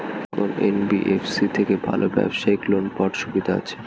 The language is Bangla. কোন এন.বি.এফ.সি থেকে ভালো ব্যবসায়িক লোন পাওয়ার সুবিধা আছে?